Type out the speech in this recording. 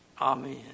Amen